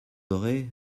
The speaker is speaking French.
aurez